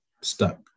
stuck